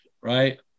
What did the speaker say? right